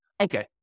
Okay